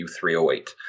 U308